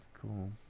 cool